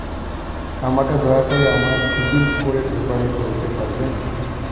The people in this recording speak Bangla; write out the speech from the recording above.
আমাকে দয়া করে আমার সিবিল স্কোরের ব্যাপারে বলতে পারবেন?